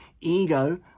ego